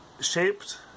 shaped